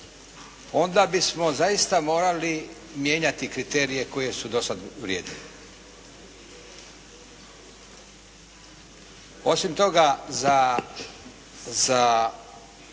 onda bismo zaista morali mijenjati kriterije koji su do sada vrijedili. Osim toga, za